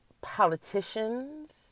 politicians